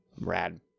rad